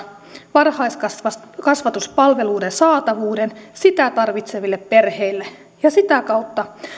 varhaiskasvatuspalveluiden saatavuuden niitä tarvitseville perheille sitä kautta